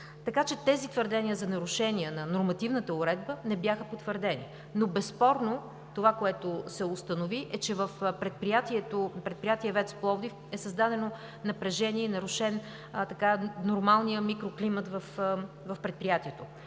Така че тези твърдения за нарушения на нормативната уредба не бяха потвърдени. Безспорно това, което се установи, е, че в Предприятие ВЕЦ – Пловдив, е създадено напрежение и е нарушен нормалният микроклимат. Поради тази